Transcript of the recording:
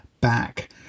back